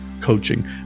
coaching